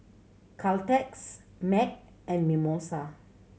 Caltex MAG and Mimosa